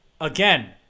again